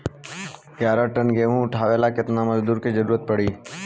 ग्यारह टन गेहूं उठावेला केतना मजदूर के जरुरत पूरी?